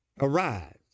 Arise